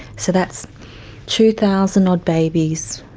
so that's two thousand odd babies,